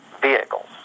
vehicles